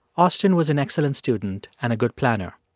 austin was an excellent student and a good planner.